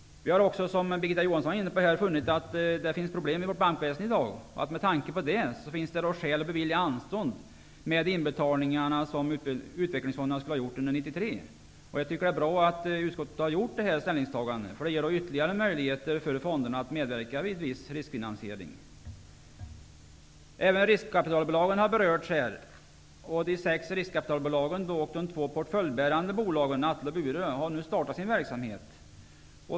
Vi har också, som Birgitta Johansson var inne på, funnit att det finns problem i vårt bankväsende i dag. Med tanke på det, finns det skäl att bevilja anstånd med de inbetalningar som utvecklingsfonderna skulle ha gjort under 1993. Jag tycker att det är bra att utskottet har gjort detta ställningstagande, eftersom det ger ytterligare möjligheter för fonderna att medverka vid viss riskfinansiering. Även riskkapitalbolagen har berörts. De sex riskkapitalbolagen och de två portföljbärande bolagen Atle och Bure har nu startat sin verksamhet.